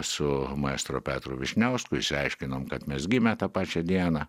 su maestro petru vyšniausku išsiaiškinom kad mes gimę tą pačią dieną